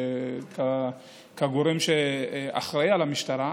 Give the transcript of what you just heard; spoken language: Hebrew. כגורם שאחראי למשטרה,